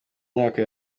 myaka